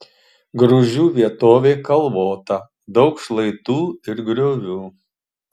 grūžių vietovė kalvota daug šlaitų ir griovių